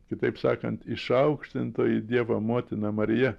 kitaip sakant išaukštintoji dievo motina marija